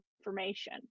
information